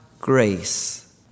grace